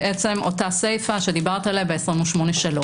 בעצם אותה סיפא שדיברת עליה ב-28(3).